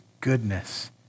goodness